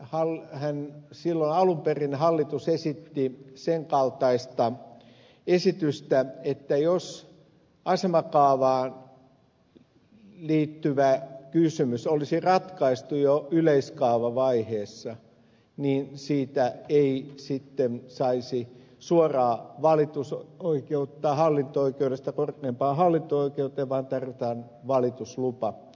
siinähän silloin alun perin hallitus esitti sen kaltaista esitystä että jos asemakaavaan liittyvä kysymys olisi ratkaistu jo yleiskaavavaiheessa niin siitä ei saisi suoraa valitusoikeutta hallinto oikeudesta korkeimpaan hallinto oikeuteen vaan tarvitaan valituslupa